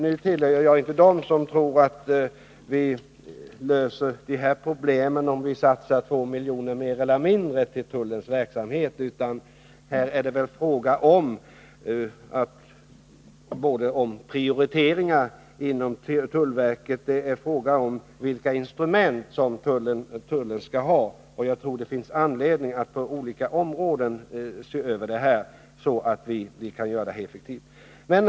Nu tillhör jag inte dem som tror att vi kan lösa de här problemen genom att satsa ytterligare två miljoner eller något sådant på tullens verksamhet, utan här är det väl fråga om dels prioriteringar inom tullverket, dels vilka instrument tullen skall ha. Jag tror att det finns åtgärder mot narkotikasmuggling åtgärder mot narkotikasmuggling anledning att på olika områden göra en översyn så att vi kan få en effektiv ordning.